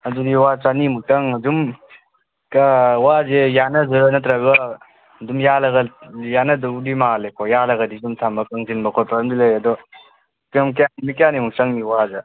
ꯑꯗꯨꯗꯤ ꯋꯥ ꯆꯅꯤꯃꯨꯛꯇꯪ ꯑꯗꯨꯝ ꯋꯥꯁꯦ ꯌꯥꯟꯅꯒꯗꯣꯏꯔꯥ ꯅꯠꯇ꯭ꯔꯒ ꯑꯗꯨꯝ ꯌꯥꯜꯂꯒ ꯌꯥꯟꯅꯒꯗꯧꯕꯗꯤ ꯃꯥꯜꯂꯦꯀꯣ ꯌꯥꯜꯂꯒꯗꯤ ꯑꯗꯨꯝ ꯊꯝꯕ ꯀꯪꯖꯤꯟꯕ ꯈꯣꯠꯄ ꯑꯝꯗꯤ ꯂꯩꯔꯦ ꯑꯗꯣ ꯅꯨꯃꯤꯠ ꯀꯌꯥꯅꯤꯃꯨꯛ ꯆꯪꯒꯅꯤ ꯋꯥꯁꯦ